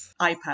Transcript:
iPad